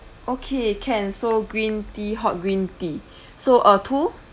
okay can so green tea hot green tea so uh two